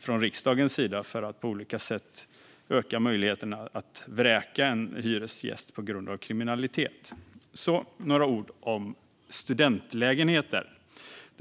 från riksdagens sida för att på olika sätt öka möjligheterna att vräka en hyresgäst på grund av kriminalitet. Så några ord om studentlägenheter.